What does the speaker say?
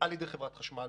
על ידי חברת החשמל,